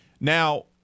Now